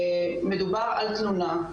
מדובר על תלונה,